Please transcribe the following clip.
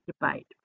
debate